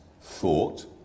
thought